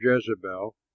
Jezebel